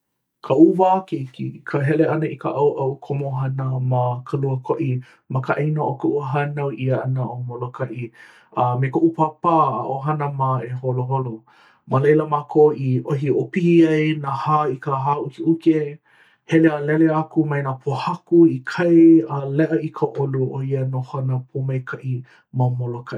kaʻu wā keiki, ka hele ʻana i ka ʻaoʻao komohana ma kaluakoʻi ma ka ʻāina o koʻu hānau ʻia ʻana ʻo Molokaʻi a me koʻu pāpā a ʻohana mā e holoholo. Ma laila mākou i ʻohi ʻōpihi ai nahā i ka hāʻukeʻuke. hele a lele aku mai nā pohaku i kai a leʻa i ka ʻolu o ia nohona pōmaikaʻi ma Molokaʻi.